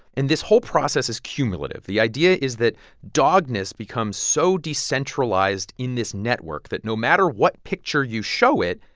and this whole process is cumulative. the idea is that dogness becomes so decentralized in this network that no matter what picture you show it,